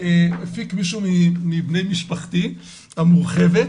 שהפיק מישהו מבני משפחתי המורחבת,